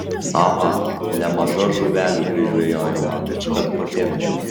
aha nemaža žuvelių prižvejojo man kad pakepčiau